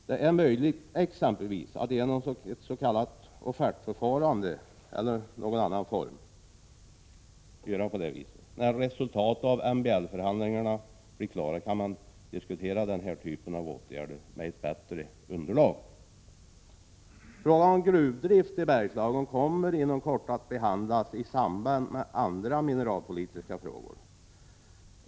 Det är möjligt, exempelvis genom ett s.k. offertförfarande, att göra på det viset. När resultat av MBL-förhandlingarna föreligger har man ett bättre underlag för den här typen av diskussioner. Frågan om gruvdrift i Bergslagen kommer inom kort att behandlas i samband med andra mineralpolitiska frågor.